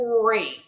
great